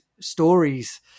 stories